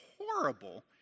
horrible